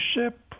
ship